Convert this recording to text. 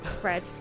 fred